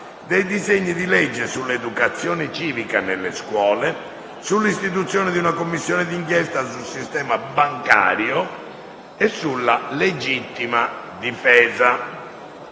dei disegni legge sull'educazione civica nelle scuole, sull'istituzione di una Commissione d'inchiesta sul sistema bancario e sulla legittima difesa.